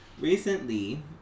Recently